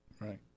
Right